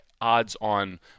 odds-on